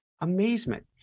amazement